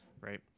right